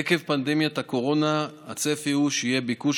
עקב פנדמיית הקורונה הצפי הוא שיהיה ביקוש